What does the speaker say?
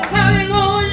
Hallelujah